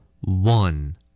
One